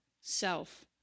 self